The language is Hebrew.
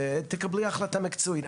ותקבלי החלטה מקצועית.